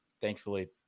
thankfully